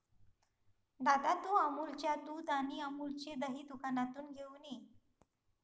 दादा, तू अमूलच्या दुध आणि अमूलचे दही दुकानातून घेऊन ये